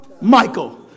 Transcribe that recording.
Michael